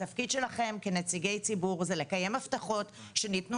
התפקיד שלכם כנציגי ציבור זה לקיים הבטחות שניתנו